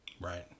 Right